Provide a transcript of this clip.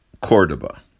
Cordoba